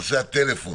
נושא הטלפון.